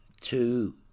two